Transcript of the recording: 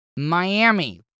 Miami